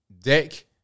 deck